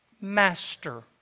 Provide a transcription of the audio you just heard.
master